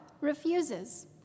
refuses